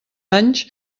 anys